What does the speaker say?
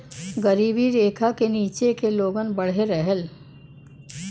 गरीबी रेखा के नीचे के लोगन बदे रहल